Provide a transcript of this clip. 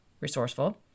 Resourceful